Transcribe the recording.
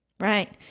Right